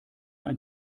ein